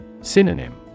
Synonym